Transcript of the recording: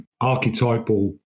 archetypal